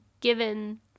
given